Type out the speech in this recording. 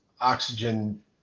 oxygen